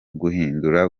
guhindura